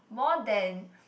more than